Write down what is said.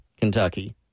Kentucky